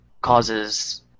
causes